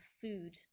food